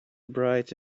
bright